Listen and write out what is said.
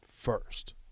first